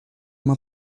uma